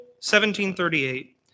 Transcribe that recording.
1738